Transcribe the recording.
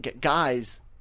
guys